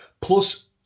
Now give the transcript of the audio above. Plus